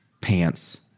pants